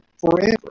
forever